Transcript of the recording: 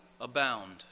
abound